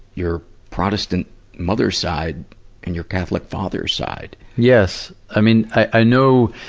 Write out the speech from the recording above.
your protestant mother's side and your catholic father's side? yes. i mean, i, i know,